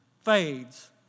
fades